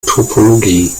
topologie